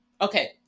Okay